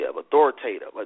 authoritative